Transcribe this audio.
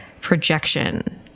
projection